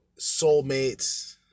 soulmates